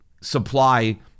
supply